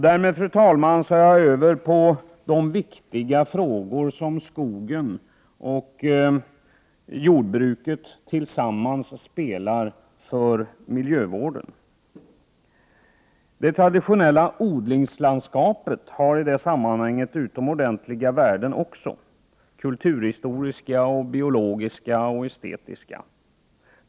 Därmed, fru talman, kommer jag över till de viktiga frågor som skogen och jordbruket tillsammans är för miljövården. Det traditionella odlingslandskapet har även i det sammanhanget utomordentliga värden: kulturhistoriska, biologiska och estetiska.